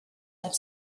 had